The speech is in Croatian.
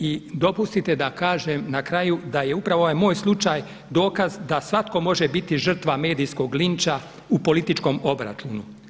I dopustite da kažem na kraju da je upravo ovaj moj slučaj dokaz da svatko može biti žrtva medijskog linča u političkom obračunu.